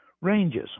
ranges